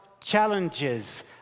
challenges